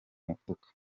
mufuka